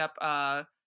up